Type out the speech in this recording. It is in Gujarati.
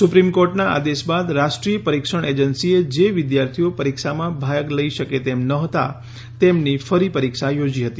સુપ્રીમ કોર્ટના આદેશ બાદ રાષ્ટ્રીય પરીક્ષણ એજન્સીએ જે વિદ્યાર્થીઓ પરીક્ષામાં ભાગ લઈ શકે તેમ ન હતા તેમની ફરી પરીક્ષા યોજી હતી